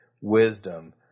wisdom